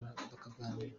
bakaganira